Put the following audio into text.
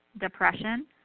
depression